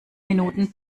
minuten